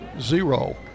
zero